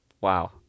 wow